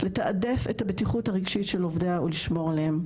לתעדף את הבטיחות הרגשית של עובדיה ולשמור עליהם.